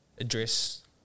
address